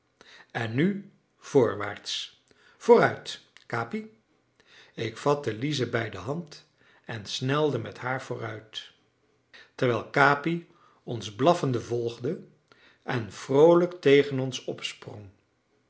en nu voorwaarts vooruit capi ik vatte lize bij de hand en snelde met haar vooruit terwijl capi ons blaffende volgde en vroolijk tegen ons opsprong